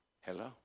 Hello